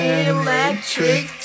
electric